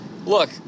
Look